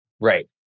Right